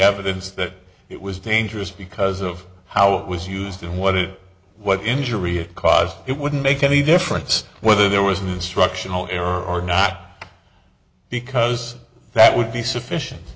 evidence that it was dangerous because of how it was used and what it what injury it caused it wouldn't make any difference whether there was an instructional error or not because that would be sufficient